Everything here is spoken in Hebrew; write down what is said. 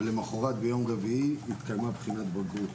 ולמוחרת ביום רביעי התקיימה בחינת בגרות